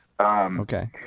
Okay